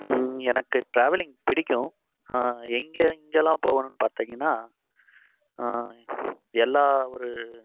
எனக்கு ட்ராவலிங் பிடிக்கும் எங்கே எங்கெல்லாம் போகணும்னு பார்த்திங்கனா எல்லா ஒரு